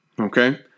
Okay